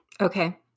Okay